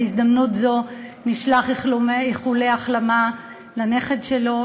ובהזדמנות זו נשלח איחולי החלמה לנכד שלו,